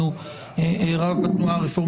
על זימון הישיבה הזאת.